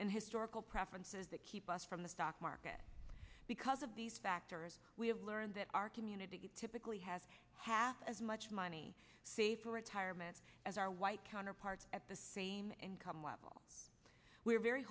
and historical preferences that keep us from the stock market because of these factors we have learned that our community typically has half as much money saved for retirement as our white counterparts at the same income level we're very